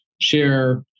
share